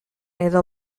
edo